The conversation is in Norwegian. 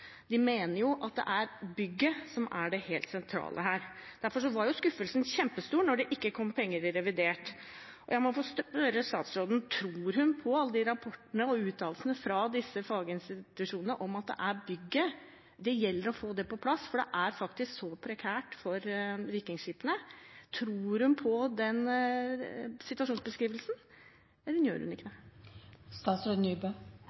De mener at det er bygget som er det helt sentrale. Derfor var skuffelsen kjempestor da det ikke kom penger i revidert nasjonalbudsjett. Jeg må spørre statsråden: Tror hun på alle rapportene og uttalelsene fra faginstitusjonene om at det gjelder å få på plass bygget, at det faktisk er prekært for vikingskipene? Tror hun på den situasjonsbeskrivelsen – eller gjør hun ikke